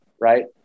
Right